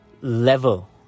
level